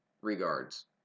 regards